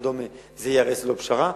ייהרס ללא פשרה.